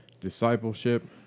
discipleship